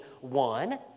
one